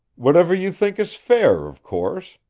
whatever you think is fair, of course.